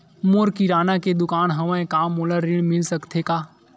मोर किराना के दुकान हवय का मोला ऋण मिल सकथे का?